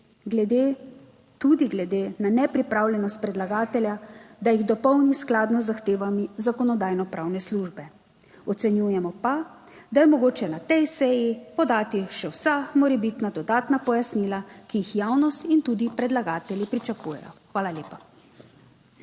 tudi glede na nepripravljenost predlagatelja, da jih dopolni skladno z zahtevami Zakonodajno-pravne službe. Ocenjujemo pa, da je mogoče na tej seji podati še vsa morebitna dodatna pojasnila, ki jih javnost in tudi predlagatelji pričakujejo. Hvala lepa.